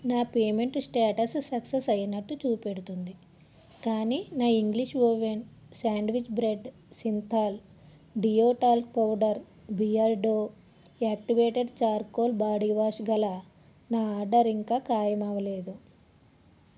నా payment status success అయినట్టు చూపెడుతోంది కానీ నా English oven sandwich bread Cinthol deo talc powder Beardo activated charcoal body wash గల నా ఆర్డర్ ఇంకా ఖాయమవలేదు